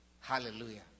Hallelujah